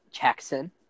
Jackson